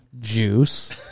juice